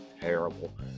terrible